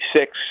six